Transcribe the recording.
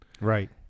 Right